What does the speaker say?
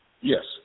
Yes